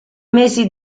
mesi